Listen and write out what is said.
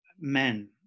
men